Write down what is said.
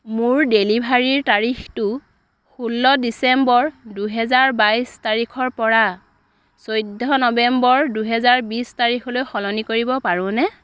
মোৰ ডেলিভাৰীৰ তাৰিখটো ষোল্ল ডিচেম্বৰ দুহেজাৰ বাইছ তাৰিখৰ পৰা চৈধ্য নৱেম্বৰ দুহেজাৰ বিশ তাৰিখলৈ সলনি কৰিব পাৰোঁনে